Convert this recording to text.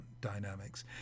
dynamics